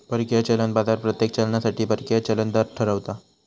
परकीय चलन बाजार प्रत्येक चलनासाठी परकीय चलन दर ठरवता